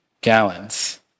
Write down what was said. gallons